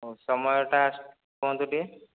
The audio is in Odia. ହଉ ସମୟ ଟା କୁହନ୍ତୁ ଟିକେ